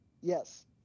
Yes